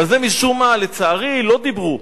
ועל זה משום מה לצערי לא דיברו.